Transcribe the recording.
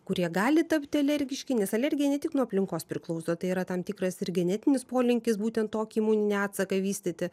kurie gali tapti alergiški nes alergija ne tik nuo aplinkos priklauso tai yra tam tikras ir genetinis polinkis būtent tokį imuninį atsaką vystyti